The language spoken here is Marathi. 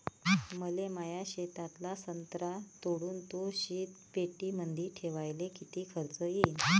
मले माया शेतातला संत्रा तोडून तो शीतपेटीमंदी ठेवायले किती खर्च येईन?